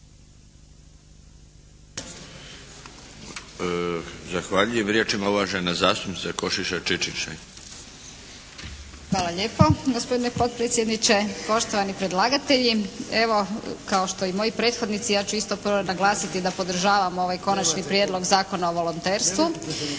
Zahvaljujem. Riječ ima uvažena zastupnica Košiša Čičin-Šain. **Košiša Čičin-Šain, Alenka (HNS)** Hvala lijepo gospodine predsjedniče, poštovani predlagatelji. Evo kao što i moji prethodnici ja ću isto to naglasiti da podržavam ovaj Konačni prijedlog Zakona o volonterstvu.